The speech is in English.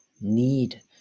need